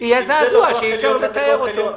יהיה זעזוע שאי אפשר לתאר אותו.